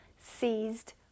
seized